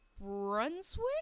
Brunswick